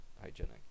hygienic